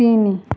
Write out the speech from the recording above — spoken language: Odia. ତିନି